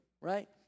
Right